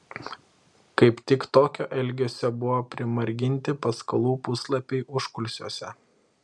kaip tik tokio elgesio buvo primarginti paskalų puslapiai užkulisiuose